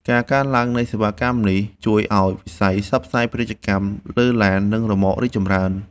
ការកើនឡើងនៃសេវាកម្មនេះ ជួយឱ្យវិស័យផ្សព្វផ្សាយពាណិជ្ជកម្មលើឡាន និងរ៉ឺម៉ករីកចម្រើន។